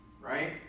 Right